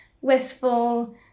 wistful